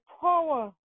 power